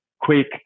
quick